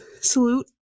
salute